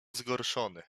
zgorszony